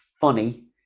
funny